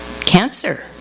cancer